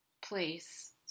place